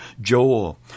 Joel